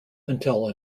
until